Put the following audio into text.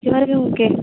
ᱡᱚᱦᱟᱨ ᱜᱮ ᱜᱚᱢᱠᱮ